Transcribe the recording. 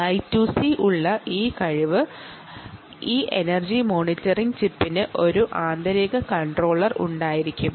I2C കഴിവ് ഉള്ള ഈ എനർജി മോണിറ്ററിംഗ് ചിപ്പിന് ഒരു ആന്തരിക കൺട്രോളർ ഉണ്ടായിരിക്കും